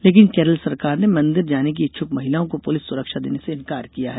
लेकिन केरल सरकार ने मंदिर जाने की इच्छुक महिलाओं को पुलिस सुरक्षा देने से इंकार किया है